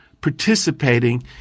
participating